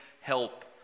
help